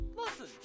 Listen